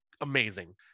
amazing